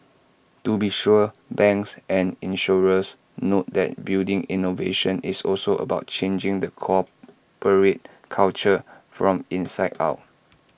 to be sure banks and insurers note that building innovation is also about changing the corporate culture from inside out